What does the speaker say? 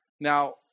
Now